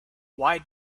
why